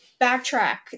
backtrack